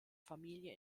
familie